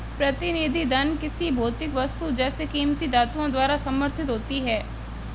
प्रतिनिधि धन किसी भौतिक वस्तु जैसे कीमती धातुओं द्वारा समर्थित होती है